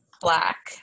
black